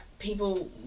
people